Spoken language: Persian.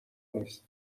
نیست